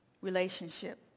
relationship